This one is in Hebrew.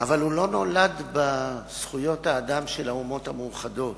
אבל הוא לא נולד בזכויות האדם של האומות המאוחדות,